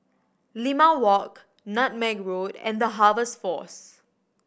Limau Walk Nutmeg Road and The Harvest Force